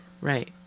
right